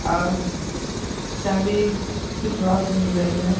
और चाँदी किस भाव से मिल रही है